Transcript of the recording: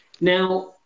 Now